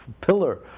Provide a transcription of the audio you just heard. pillar